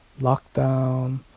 lockdown